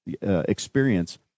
Experience